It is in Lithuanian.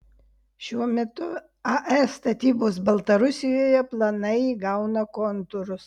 šiuo metu ae statybos baltarusijoje planai įgauna kontūrus